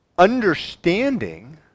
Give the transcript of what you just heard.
understanding